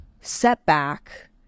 setback